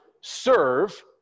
serve